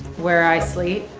where i sleep?